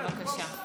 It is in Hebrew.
בבקשה.